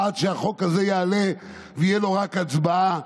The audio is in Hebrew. עד שהחוק הזה יעלה ותהיה לו רק הצבעה.